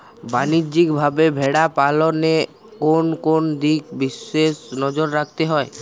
বাণিজ্যিকভাবে ভেড়া পালনে কোন কোন দিকে বিশেষ নজর রাখতে হয়?